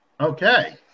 Okay